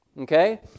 Okay